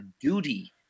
duty